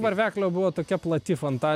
varveklio buvo tokia plati fantaz